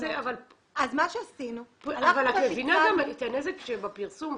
אבל את מבינה גם את הנזק שבפרסום,